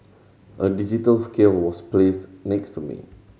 a digital scale was placed next to me